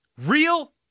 Real